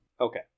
Okay